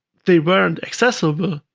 they weren't accessible,